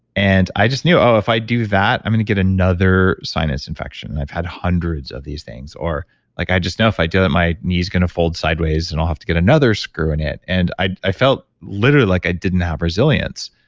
and i just knew, oh, if i do that, i'm going to get another sinus infection. i've had hundreds of these things or like i just know if i do it, my knees going to fold sideways and i'll have to get another screw in it. and i i felt literally like i didn't have resilience.